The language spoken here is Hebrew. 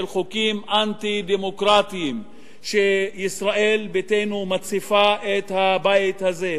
של חוקים אנטי-דמוקרטיים שישראל ביתנו מציפה בהם את הבית הזה.